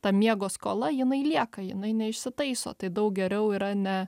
ta miego skola jinai lieka jinai neišsitaiso tai daug geriau yra ne